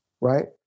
right